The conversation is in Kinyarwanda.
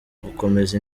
gukomeza